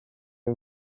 you